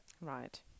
right